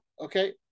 Okay